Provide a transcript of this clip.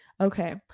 Okay